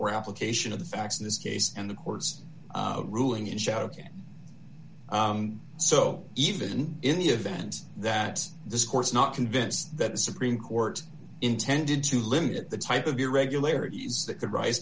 or application of the facts in this case and the court's ruling in shouting so even in the event that this course not convinced that the supreme court intended to limit the type of irregularities that could ri